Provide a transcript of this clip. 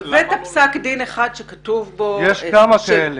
הבאת פסק דין אחד שכתוב בו --- יש כמה כאלה.